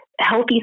healthy